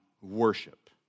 worship